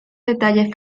detalles